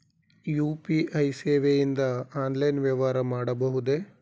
UPI ಸೇವೆಯಿಂದ online ವ್ಯವಹಾರ ಮಾಡಬಹುದೇ?